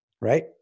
right